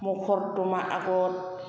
मखर्द'मा आगर